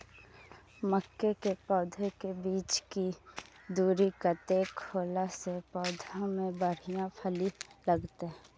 मके के पौधा के बीच के दूरी कतेक होला से पौधा में बढ़िया फली लगते?